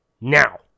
now